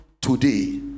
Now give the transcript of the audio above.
today